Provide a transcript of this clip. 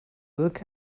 look